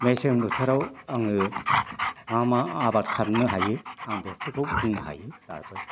मेसें बोथोराव आङो मा मा आबाद खामनो हायो आं बेफोरखौ बुंनो हायो दाबो